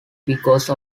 because